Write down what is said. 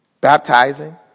baptizing